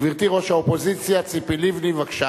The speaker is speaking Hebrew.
גברתי ראש האופוזיציה ציפי לבני, בבקשה.